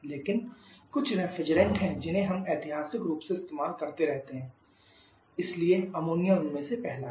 लेकिन कुछ रेफ्रिजरेंट हैं जिन्हें हम ऐतिहासिक रूप से इस्तेमाल करते रहते हैं इसलिए अमोनिया उनमें से पहला है